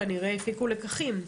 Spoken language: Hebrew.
כנראה הפיקו לקחים.